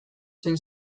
zen